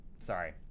sorry